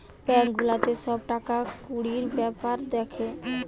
bank গুলাতে সব টাকা কুড়ির বেপার দ্যাখে